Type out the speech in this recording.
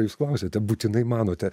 jūs klausiate būtinai manote